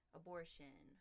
abortion